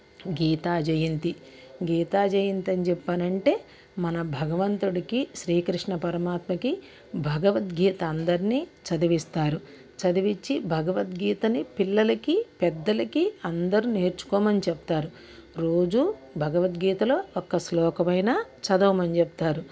గీతా జయంతి గీతా జయంతి అని చెప్పనంటే మన భగవంతుడికి శ్రీకృష్ణ పరమాత్మకి భగవద్గీత అందరిని చదివిస్తారు చదివించి భగవద్గీతని పిల్లలకి పెద్దలకి అందరూ నేర్చుకోమని చెప్తారు రోజూ భగవద్గీతలో ఒక్క శ్లోకమైనా చదవమని చెప్తారు